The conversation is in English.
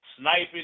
sniping